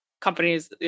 companies